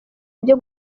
ibyo